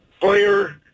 player